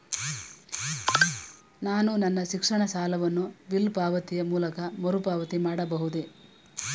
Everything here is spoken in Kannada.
ನಾನು ನನ್ನ ಶಿಕ್ಷಣ ಸಾಲವನ್ನು ಬಿಲ್ ಪಾವತಿಯ ಮೂಲಕ ಮರುಪಾವತಿ ಮಾಡಬಹುದೇ?